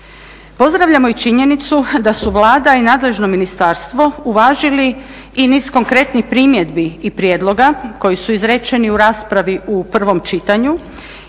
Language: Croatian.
Pozdravljamo i činjenicu da su Vlada i nadležno ministarstvo uvažili i niz konkretnih primjedbi i prijedloga koji su izrečeni u raspravi u prvom čitanju